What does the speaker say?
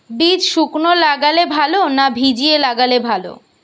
বীজ শুকনো লাগালে ভালো না ভিজিয়ে লাগালে ভালো?